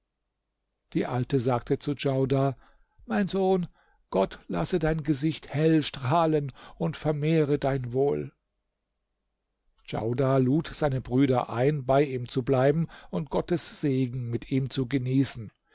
die alte sagte zu djaudar mein sohn gott lasse dein gesicht hell strahlen und vermehre dein wohl djaudar lud seine brüder ein bei ihm zu bleiben und gottes segen mit ihm zu genießen